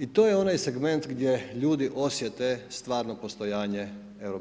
I to je onaj segment gdje ljudi osjete stvarno postojanje EU,